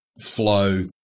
flow